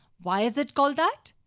why is it called that?